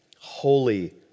Holy